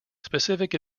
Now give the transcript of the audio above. specific